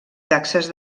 taxes